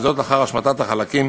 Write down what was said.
לאחר השמטת החלקים